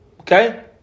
Okay